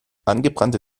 angebrannte